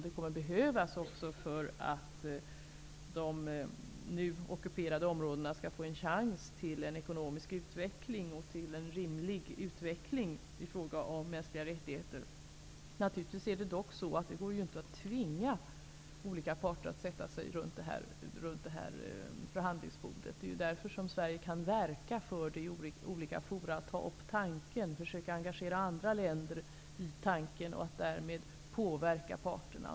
Det kommer också att behövas för att de nu ockuperade områdena skall få en chans till en ekonomisk utveckling och till en rimlig utveckling i fråga om mänskliga rättigheter. Naturligtvis går det inte att tvinga olika parter att sätta sig runt det här förhandlingsbordet. Det är därför som Sverige kan verka för detta i olika forum. Man kan ta upp tanken och försöka engagera andra länder i den och därmed påverka parterna.